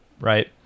right